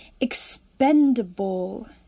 expendable